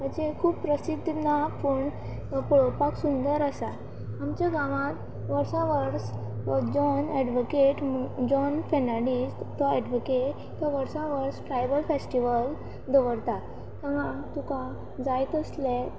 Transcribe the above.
अशें खूब प्रसिध्द ना पूण पळोवपाक सुंदर आसा आमच्या गांवांत वर्सा वर्स जॉन एडवोकेट जॉन फेर्नांडीस तो एडवोकेट तो वर्सा वर्स ट्रायबल फेस्टिवल दवरता थंय तुका जाय तसले